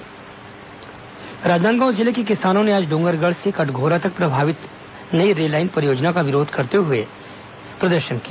rail line परियोजना विरोध राजनादगांव जिले के किसानों ने आज डोंगरगढ़ से कटघोरा तक प्रस्तावित नई रेललाइन परियोजना का विरोध करते हुए प्रदर्शन किया